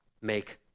Make